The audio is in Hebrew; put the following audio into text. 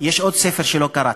יש עוד ספר שלא קראת,